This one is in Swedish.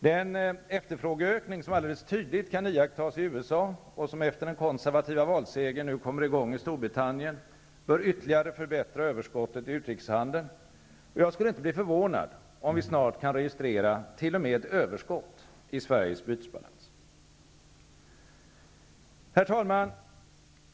Den efterfrågeökning som alldeles tydligt kan iakttas i USA och som efter den konservativa valsegern nu kommer i gång i Storbritannien bör ytterligare förbättra överskottet i utrikeshandeln, och jag skulle inte bli förvånad om vi snart kan registrera t.o.m. ett överskott i Sveriges bytesbalans. Herr talman!